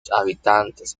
habitantes